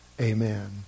Amen